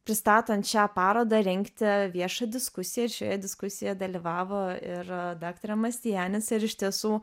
pristatant šią parodą rengti viešą diskusiją ir šioje diskusijoje dalyvavo ir daktarė mastianica ir iš tiesų